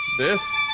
this?